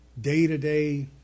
day-to-day